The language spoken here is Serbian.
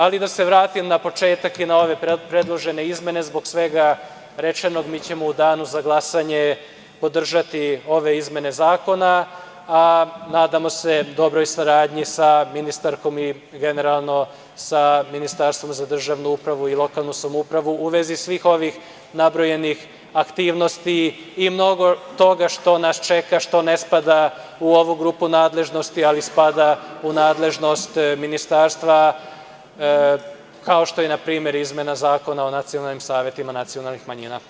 Ali, da se vratim na početak i na ovu predloženu izmene zbog svega rečenog mi ćemo u danu za glasanju podržati ove izmene zakona, a nadamo se i dobroj saradnji sa ministarkom i generalno sa Ministarstvom za državnu upravu i lokalnu samoupravu u vezi svih ovih nabrojanih aktivnosti i mnogo toga što nas čeka, što ne spada u ovu grupu nadležnosti, ali spada u nadležnost ministarstva, kao što je na primer izmena Zakona o nacionalnim savetima nacionalnih manjina.